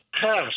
passed